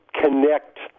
connect